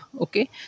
okay